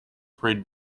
pre